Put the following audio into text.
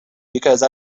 because